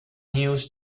news